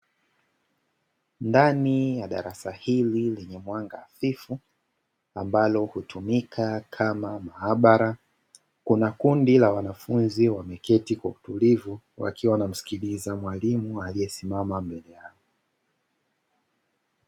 Ndani ya darasa hili lenye mwanga hafifu, ambalo hutumika kama maabara, kuna kundi la wanafunzi wameketi kwa utulivu, wakiwa wanamsikiliza mwalimu aliyesimama mbele yao.